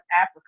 Africa